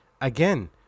Again